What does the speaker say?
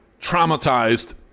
traumatized